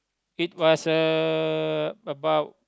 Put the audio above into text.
it was uh about